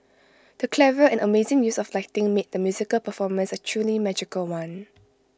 the clever and amazing use of lighting made the musical performance A truly magical one